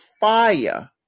fire